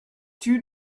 two